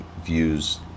views